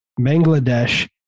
Bangladesh